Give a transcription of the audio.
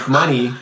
money